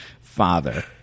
Father